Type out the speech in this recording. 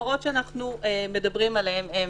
ההפרות שאנחנו מדברים עליהן הן: